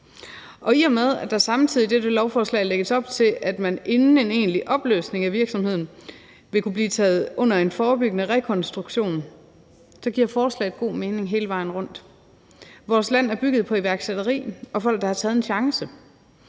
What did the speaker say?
I og med at der samtidig i det her lovforslag lægges op til, at man inden en egentlig opløsning af virksomheden vil kunne komme under en forebyggende rekonstruktion, giver forslaget god mening hele vejen rundt. Vores land bygger på iværksætteri og folk, der har taget en chance.